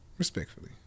respectfully